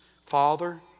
Father